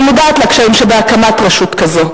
אני מודעת לקשיים שבהקמת רשות כזו.